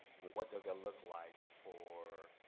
and what does that look like for